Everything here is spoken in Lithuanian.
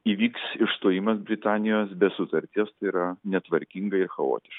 įvyks išstojimas britanijos be sutarties tai yra netvarkingai ir chaotiškai